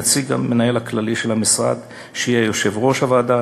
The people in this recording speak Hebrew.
נציג המנהל הכללי של המשרד שיהיה יושב-ראש הוועדה,